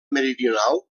meridional